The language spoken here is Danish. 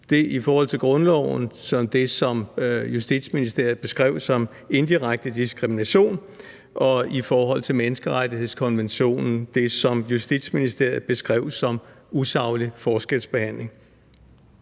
I forhold til grundloven beskrev Justitsministeriet det som indirekte diskrimination. I forhold til menneskerettighedskonventionen beskrev Justitsministeriet det som usaglig forskelsbehandling.